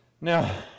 Now